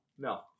No